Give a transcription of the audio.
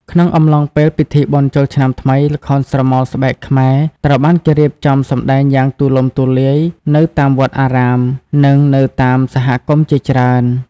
ក្នុងអំឡុងពេលពិធីបុណ្យចូលឆ្នាំថ្មី ល្ខោនស្រមោលស្បែកខ្មែរ ត្រូវបានគេរៀបចំសម្តែងយ៉ាងទូលំទូលាយនៅតាមវត្តអារាម និងនៅតាមសហគមន៍ជាច្រើន។